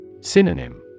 Synonym